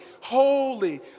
holy